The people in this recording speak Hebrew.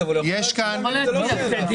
אני מיד מגיע לשאלה.